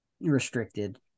restricted